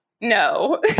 No